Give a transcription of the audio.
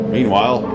Meanwhile